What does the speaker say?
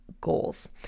goals